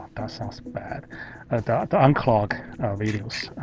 smells bad the unclog videos.